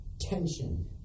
tension